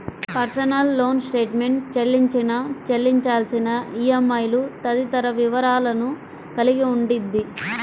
personal loan statement చెల్లించిన, చెల్లించాల్సిన ఈఎంఐలు తదితర వివరాలను కలిగి ఉండిద్ది